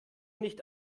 nicht